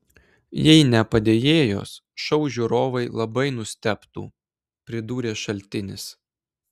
jei ne padėjėjos šou žiūrovai labai nustebtų pridūrė šaltinis